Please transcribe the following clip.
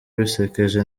bisekeje